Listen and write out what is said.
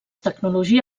tecnologia